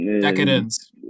Decadence